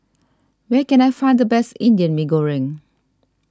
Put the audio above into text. where can I find the best Indian Mee Goreng